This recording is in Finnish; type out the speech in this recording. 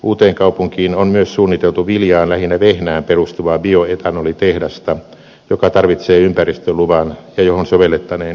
uuteenkaupunkiin on myös suunniteltu viljaan lähinnä vehnään perustuvaa bioetanolitehdasta joka tarvitsee ympäristöluvan ja johon sovellettaneen yva menettelyä